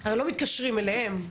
הרי לא מתקשרים אליהם.